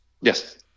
Yes